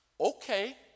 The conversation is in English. Okay